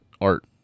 art